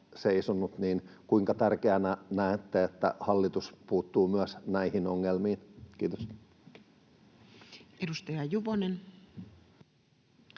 Kuinka tärkeänä näette, että hallitus puuttuu myös näihin ongelmiin? — Kiitos. [Speech